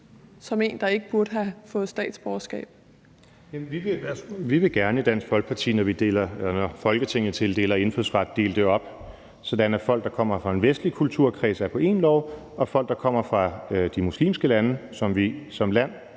Morten Messerschmidt (DF): Vi vil gerne i Dansk Folkeparti, når Folketinget tildeler indfødsret, dele det op, sådan at folk, der kommer fra en vestlig kulturkreds, er på én lov, og folk, der kommer fra de muslimske lande, som vi som land,